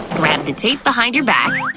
grab the tape behind your back,